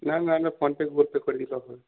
না না না না আমরা ফোনপে গুগলপে করে দিই তখন